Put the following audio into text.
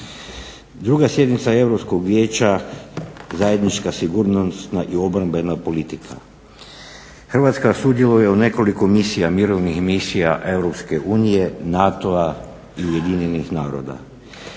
Druga sjednica Europskog vijeća, zajednička sigurnosna i obrambena politika. Hrvatska sudjeluje u nekoliko misija, mirovnih misija EU, NATO-a i Ujedinjenih naroda.